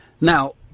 now